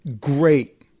great